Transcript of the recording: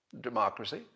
democracy